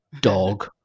dog